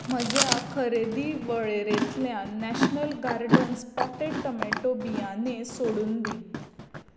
म्हज्या खरेदी वळेरेंतल्यान नॅशनल गार्डन्स पॉटेड टोमॅटो बियाणें सोडून दी